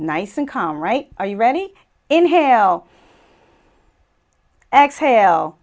nice and calm right are you ready inhale exhale